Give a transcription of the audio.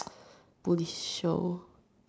police show